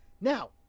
Now